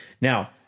Now